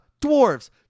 Dwarves